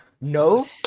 No